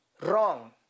Wrong